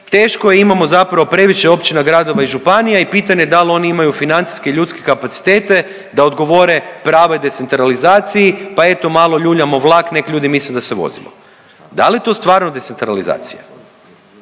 teško je imamo zapravo previše općina, gradova i županija i pitanje da li oni imaju financijske i ljudske kapacitete da odgovore pravoj decentralizaciji, pa eto malo ljuljamo vlak nek ljudi misle da se vozimo. Da li je to stvarno decentralizacija?